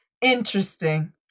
interesting